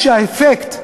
כשהאפקט,